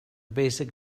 basic